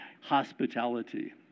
hospitality